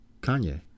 Kanye